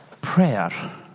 prayer